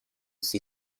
see